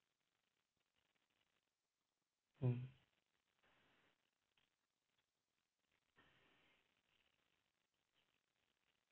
mm